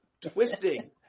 twisting